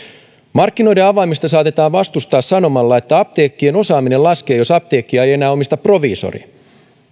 markkinoiden avaamista saatetaan vastustaa sanomalla että apteekkien osaaminen laskee jos apteekkia ei enää omista proviisori